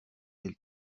elles